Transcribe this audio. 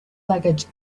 luggage